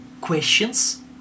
questions